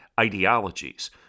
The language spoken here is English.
ideologies